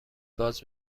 باز